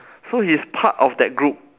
so he's part of that group